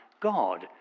God